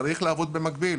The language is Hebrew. צריך לעבוד במקביל.